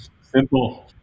Simple